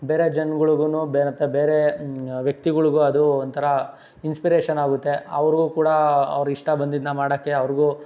ಬೇರೆ ಜನ್ಗುಳುಗೂ ಬೇರೆ ಬೇರೆ ವ್ಯಕ್ತಿಗಳಿಗೂ ಅದು ಒಂಥರ ಇನ್ಸ್ಪಿರೇಷನ್ ಆಗುತ್ತೆ ಅವ್ರಿಗೂ ಕೂಡ ಅವ್ರು ಇಷ್ಟ ಬಂದಿದ್ದನ್ನ ಮಾಡೋಕ್ಕೆ ಅವ್ರಿಗೂ